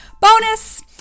bonus